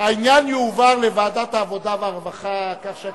אדוני היושב-ראש גם